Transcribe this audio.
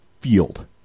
field